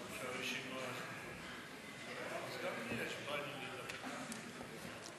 אף על פי שאמרת שהרשימה סגורה?